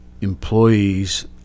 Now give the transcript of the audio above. employees